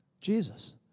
Jesus